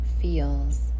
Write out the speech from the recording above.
feels